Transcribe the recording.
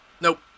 Nope